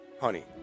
honey